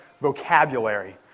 vocabulary